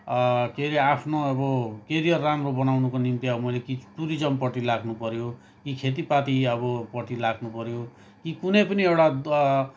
के हरे आफ्नो अब करियर राम्रो बनाउनुको निम्ति अब मैले कि टुरिज्मपट्टि लाग्नुपऱ्यो कि खेतीपाती अब पट्टि लाग्नुपऱ्यो कि कुनै पनि एउटा द